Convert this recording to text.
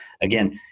again